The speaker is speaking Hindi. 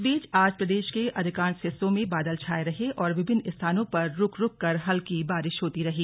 इस बीच आज प्रदेश के अधिकांश हिस्सों में बादल छाए रहे और विभिन्न स्थानों पर रुक रुककर हल्की बारिश होती रही